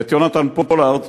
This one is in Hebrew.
ואת יונתן פולארד